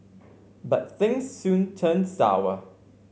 but things soon turned sour